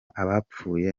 abapfuye